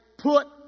Put